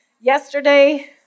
yesterday